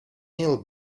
ill